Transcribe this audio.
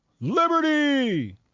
liberty